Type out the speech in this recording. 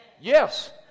Yes